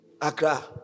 Accra